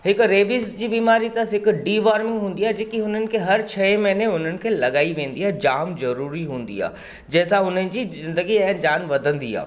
हिकु रेबीज जी बीमारी अथस हिकु डीवॉर्मिंग हूंदी आहे जेकी हुननि खे हर छह महीने हुननि खे लॻाई वेंदी आहे जाम जरूरी हूंदी आहे जंहिंसां हुननि जी ज़िंदगी ऐं जान वधंदी आहे